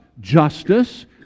justice